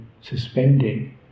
suspending